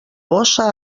bossa